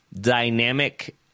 dynamic